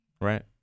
right